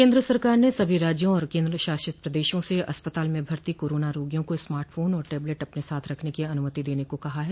केन्द्र सरकार ने सभी राज्यों और केन्द्रशासित प्रदेशों से अस्पताल में भर्ती कोरोना रोगियों को स्मार्टफोन और टेबलेट अपने साथ रखने की अनुमति देने को कहा है